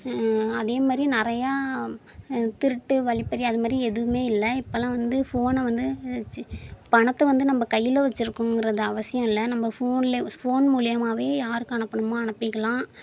அதேமாதிரி நிறையா திருட்டு வழிப்பறி அதுமாதிரி எதுவுமே இல்லை இப்போல்லாம் வந்து ஃபோனை வந்து சி பணத்தை வந்து நம்ம கையில் வச்சிருக்கணுங்கிறதை அவசியம் இல்லை நம்ம ஃபோனில் ஃபோன் மூலிமாவே யாருக்கு அனுப்பணுமோ அனுப்பிக்கலாம்